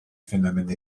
phénomènes